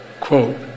Quote